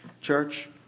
church